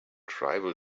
tribal